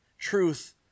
Truth